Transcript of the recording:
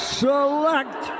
select